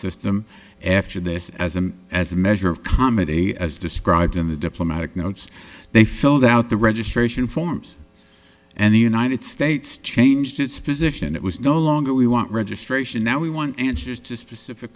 system after this as a as a measure of comedy as described in the diplomatic notes they filled out the registration forms and the united states changed its position it was no longer we want registration now we want answers to specific